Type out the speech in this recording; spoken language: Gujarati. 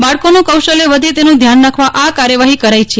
બાળકોનું કૌશલ્ય વધે તેનું ધ્યાન રાખવા આ કાર્યવાહી કરાઇ છે